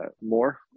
more